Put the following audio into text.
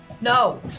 No